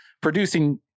producing